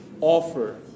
offer